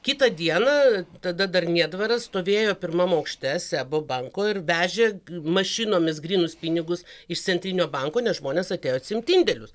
kitą dieną tada dar niedvaras stovėjo pirmam aukšte sebo banko ir vežė mašinomis grynus pinigus iš centrinio banko nes žmonės atėjo atsiimt indėlius